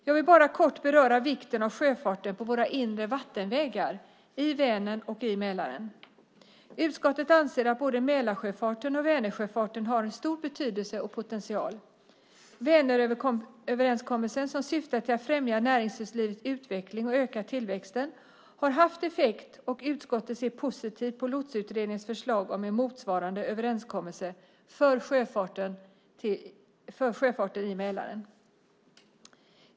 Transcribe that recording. Jag vill kort beröra vikten av sjöfarten på våra inre vattenvägar, i Vänern och Mälaren. Utskottet anser att både Mälarsjöfarten och Vänersjöfarten har stor betydelse och potential. Väneröverenskommelsen, som syftade till att främja näringslivets utveckling och öka tillväxten, har haft effekt. Utskottet ser därför positivt på Lotsutredningens förslag om en motsvarande överenskommelse för sjöfarten i Mälaren.